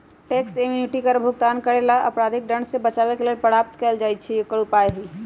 tax amnesty कर भुगतान न करे वलाके अपराधिक दंड से बचाबे कर प्राप्त करेके लेल उपाय हइ